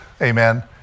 Amen